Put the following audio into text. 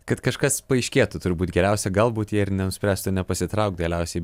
kad kažkas paaiškėtų turbūt geriausia galbūt jie ir nenuspręstų nepasitraukt galiausiai